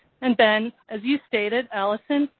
and ben, as you stated, allison,